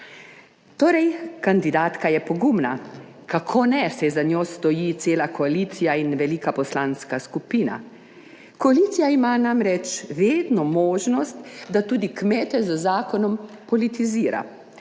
Torej, kandidatka je pogumna. Kako ne, saj za njo stoji cela koalicija in velika poslanska skupina. Koalicija ima namreč vedno možnost, da tudi kmete z zakonom politizira,